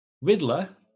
Riddler